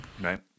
Right